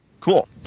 Cool